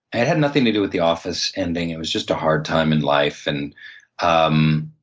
and it had nothing to do with the office ending it was just a hard time in life. and um